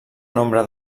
nombre